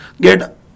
get